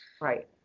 right